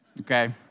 Okay